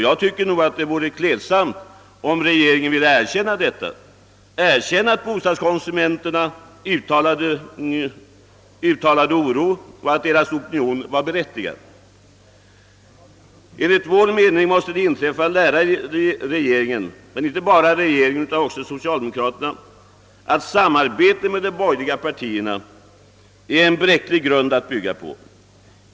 Jag tycker det vore klädsamt om regeringen ville erkänna detta, ville erkänna att bostadskonsumenternas uttalade oro och den opinion som bostadskonsumenterna skapade hade berättigande. Enligt vår mening måste det inträffade lära regeringen — och hela socialdemokratin — att samarbete med de borgerliga partierna är en bräcklig grund att bygga på.